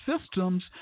systems